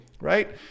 Right